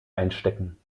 einstecken